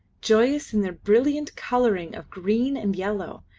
joyous in their brilliant colouring of green and yellow,